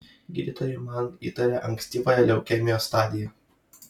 gydytojai man įtarė ankstyvąją leukemijos stadiją